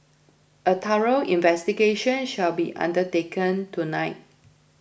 a thorough investigation shall be undertaken tonight